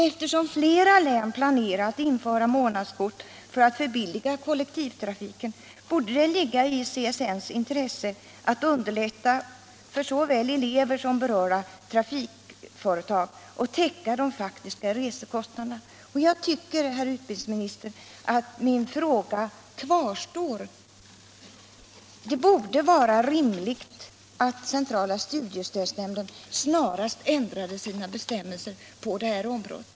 Eftersom flera län planerar att införa månadskort för att förbilliga kollektivtrafiken borde det ligga i CSN:s intresse att underlätta för såväl elever som berörda trafikföretag och täcka de faktiska resekostnaderna. Jag tycker, herr utbildningsminister, att min fråga kvarstår. Det borde vara rimligt att centrala studiestödsnämnden ändrade sina bestämmelser på det här området.